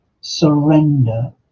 surrender